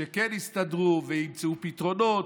שכן יסתדרו וימצאו פתרונות.